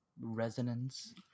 resonance